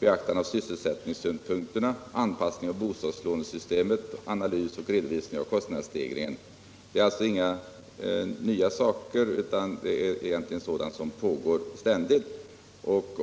beaktande av sysselsättningssynpunkterna, anpassning av bostadslånesystemet, analys och redovisning av kostnadsstegringen inom byggnadssektorn. Det är alltså inget nytt utan sådant som ständigt pågår.